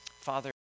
Father